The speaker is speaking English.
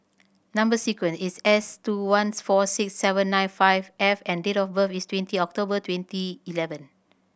number sequence is S two once four six seven nine five F and date of birth is twenty October twenty eleven